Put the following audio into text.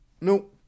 No